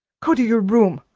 go to your room,